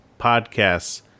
podcasts